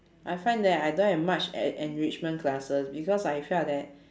I find that I don't have much en~ enrichment classes because I felt that